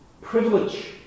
privilege